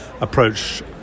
approach